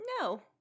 no